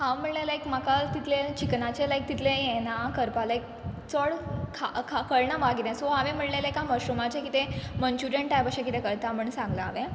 हांव म्हळ्ळें लायक म्हाका तितलें चिकनाचें लायक तितलें येना करपा लायक चोड खा खा कळना म्हाका कितें सो हांवें म्हळ्ळें लायक हांव मशरुमाचें कितें मंचुऱ्यन टायप अशें कितें करता म्हण सांगलां हांवें